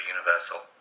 Universal